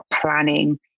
planning